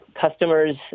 Customers